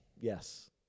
Yes